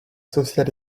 sociales